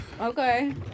Okay